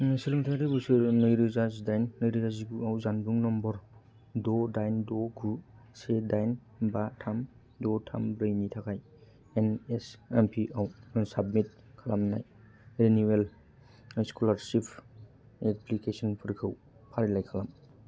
सोलोंथाइयारि बोसोर नै रोजा जि दाइन नै रोजा जि गु आव जानबुं नम्बर द' दाइन द' गु से दाइन बा थाम द' थाम ब्रै नि थाखाय एन एस एम पि आव साबमिट खालामनाय रिनिउयेल स्क'लारशिप एप्लिकेसनफोरखौ फारिलाइ खालाम